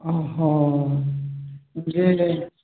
ଓହୋ ମୁଁ ଟିକିଏ